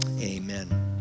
Amen